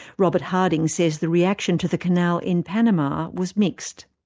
robert harding says the reaction to the canal in panama was mixed.